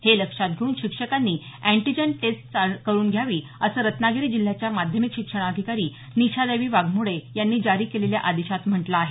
हे लक्षात घेऊन शिक्षकांनी अँटिजेन चाचणी करून घ्यावी असं रत्नागिरी जिल्ह्याच्या माध्यमिक शिक्षणाधिकारी निशादेवी वाघमोडे यांनी जारी केलेल्या आदेशात म्हटल आहे